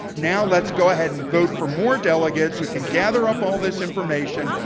now let's go ahead and vote for more delegates who can gather up all this information,